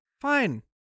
Fine